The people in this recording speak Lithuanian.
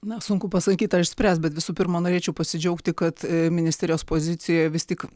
na sunku pasakyti ar išspręs bet visų pirma norėčiau pasidžiaugti kad ministerijos pozicija vis tik